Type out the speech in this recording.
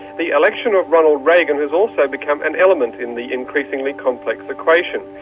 the election of ronald reagan has also become an element in the increasingly complex equation.